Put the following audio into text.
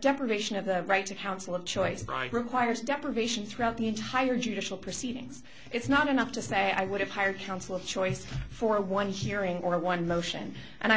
deprivation of the right to counsel of choice by requires deprivation throughout the entire judicial proceedings it's not enough to say i would have hired counsel of choice for one hearing or one motion and i